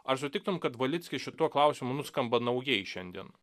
ar sutiktum kad valickis šituo klausimu nuskamba naujai šiandien